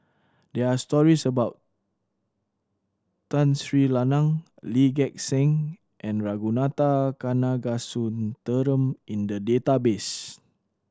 there are stories about Tun Sri Lanang Lee Gek Seng and Ragunathar Kanagasuntheram in the database